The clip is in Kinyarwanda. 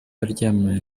yaryamanye